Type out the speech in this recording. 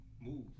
move